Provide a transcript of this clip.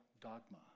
dogma